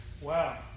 wow